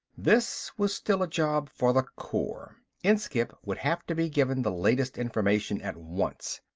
this was still a job for the corps. inskipp would have to be given the latest information at once.